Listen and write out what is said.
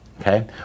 okay